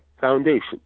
foundation